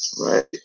Right